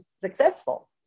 successful